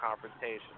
confrontation